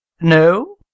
No